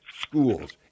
schools